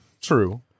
true